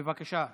בבקשה.